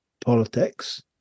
politics